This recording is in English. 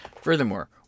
Furthermore